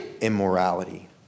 immorality